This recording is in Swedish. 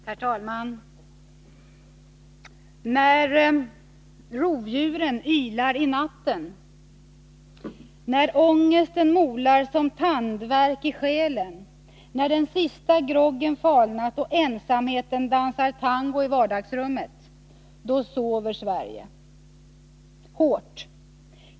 Herr talman! ”När rovdjuren ylar i natten, när ångesten molar som tandvärk i själen, när den sista groggen falnat och ensamheten dansar tango i vardagsrummet, då sover Sverige. Hårt.